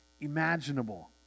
imaginable